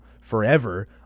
forever